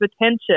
attention